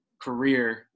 career